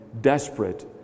desperate